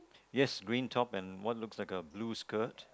yes green top and what looks like a blue skirt